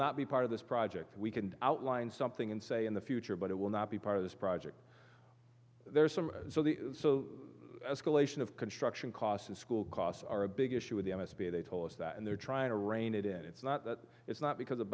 not be part of this project we can outline something and say in the future but it will not be part of this project there are some so collation of construction costs and school costs are a big issue with the s b a they told us that and they're trying to rein it in it's not that it's not because